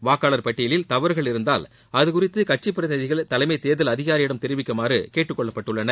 வாக்காளர் பட்டியலில் தவறுகள் இருந்தால் அது குறித்து கட்சிப் பிரதிநிதிகள் தலைமைத் தேர்தல் அதிகாரியிடம் தெரிவிக்குமாறு கேட்டுக் கொள்ளப்பட்டுள்ளனர்